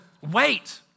wait